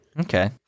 Okay